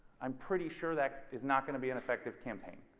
am pretty sure that is not going to be an effective campaign.